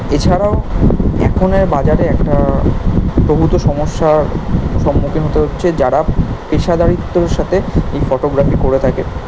এছাড়াও এখনের বাজারে একটা প্রভূত সমস্যার সম্মুখীন হতে হচ্ছে যারা পেশাদারিত্বর সাথে এই ফটোগ্রাফি করে থাকে